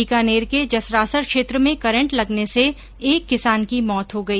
बीकानेर के जसरासर क्षेत्र में करंट लगने से एक किसान की मौत हो गई